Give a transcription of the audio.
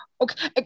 okay